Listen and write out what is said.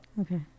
Okay